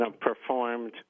performed